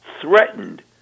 threatened